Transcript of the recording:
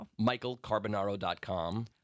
MichaelCarbonaro.com